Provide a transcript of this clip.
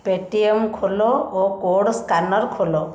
Paytm ଖୋଲ ଓ code scanner ଖୋଲ